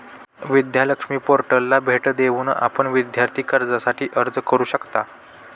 विद्या लक्ष्मी पोर्टलला भेट देऊन आपण विद्यार्थी कर्जासाठी अर्ज करू शकता